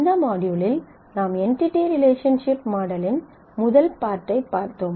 இந்த மாட்யூலில் நாம் என்டிடி ரிலேஷன்சிப் மாடலின் முதல் பார்ட்டைப் பார்த்தோம்